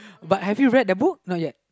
but have you read the book not yet